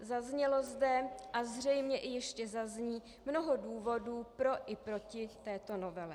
Zaznělo zde a zřejmě i ještě zazní mnoho důvodů pro i proti této novele.